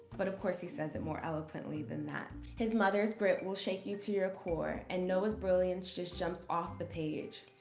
but of course he says it more eloquently than that. his mother's grit will shake you to your core and noah's brilliance just jumps off the page.